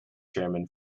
chairmen